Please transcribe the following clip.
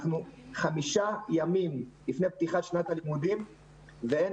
אנחנו חמישה ימים לפני פתיחת שנת הלימודים ואין